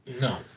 No